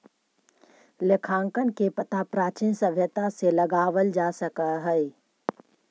लेखांकन के पता प्राचीन सभ्यता से लगावल जा सकऽ हई